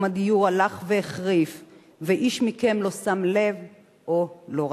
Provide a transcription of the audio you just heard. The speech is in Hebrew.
הדיור הלך והחריף ואיש מכם לא שם לב או לא רצה,